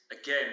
again